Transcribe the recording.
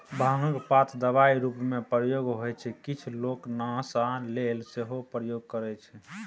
भांगक पात दबाइ रुपमे प्रयोग होइ छै किछ लोक नशा लेल सेहो प्रयोग करय छै